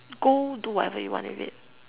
go do whatever you want with it